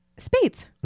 spades